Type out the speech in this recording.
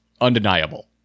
undeniable